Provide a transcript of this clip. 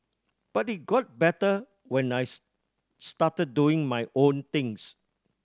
but it got better when I started doing my own things